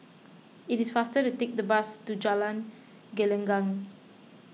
it is faster to take the bus to Jalan Gelenggang